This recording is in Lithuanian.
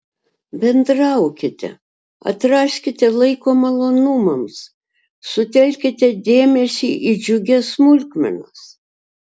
bendraukite atraskite laiko malonumams sutelkite dėmesį į džiugias smulkmenas